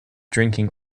drinking